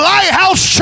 Lighthouse